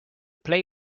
play